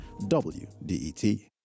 WDET